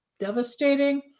devastating